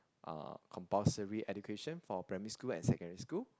uh compulsory education for primary school and secondary school